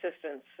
assistance